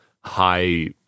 high